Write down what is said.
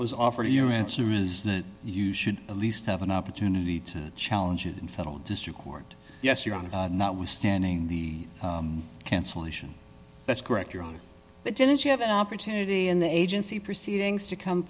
was offered your answer is that you should at least have an opportunity to challenge it in federal district court yes your honor notwithstanding the cancellation that's correct your honor but didn't you have an opportunity in the agency proceedings to come